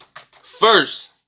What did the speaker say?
First